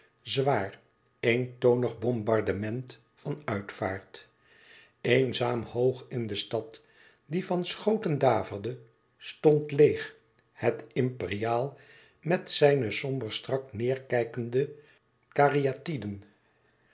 zwaar eentonig bombardement van uitvaart eenzaam hoog in de stad die van schoten daverde stond leêg het imperiaal met zijne somber strak neêrkijkende